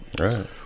Right